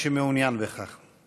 מי שמעוניינים בכך.